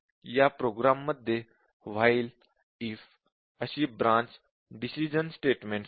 या प्रोग्राम मध्ये while if अशी ब्रांच डिसिशन्स स्टेटमेंट्स आहेत